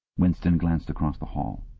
winston glanced across the hall.